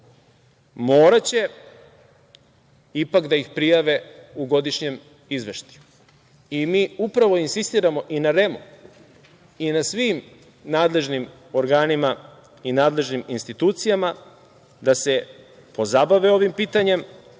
moraće ipak da ih prijave u godišnjem izveštaju. Mi upravo insistiramo i na REM-u i na svim nadležnim organima i institucijama da se pozabave ovi pitanjem